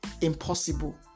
impossible